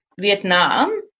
Vietnam